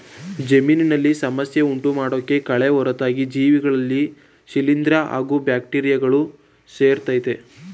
ಜಮೀನಿನಲ್ಲಿ ಸಮಸ್ಯೆ ಉಂಟುಮಾಡೋ ಕಳೆ ಹೊರತಾಗಿ ಜೀವಿಗಳಲ್ಲಿ ಶಿಲೀಂದ್ರ ಹಾಗೂ ಬ್ಯಾಕ್ಟೀರಿಯಗಳು ಸೇರಯ್ತೆ